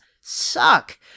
suck